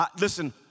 Listen